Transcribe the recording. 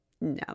No